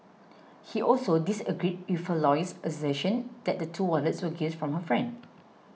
he also disagreed with her lawyer's assertion that the two wallets were gifts from her friend